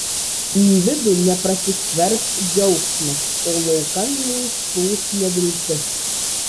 į vidų neprasiskverbs džiaugsmas o laukan neišsprūs neviltis